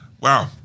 Wow